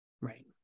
right